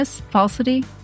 falsity